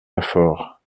lafaure